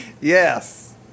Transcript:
Yes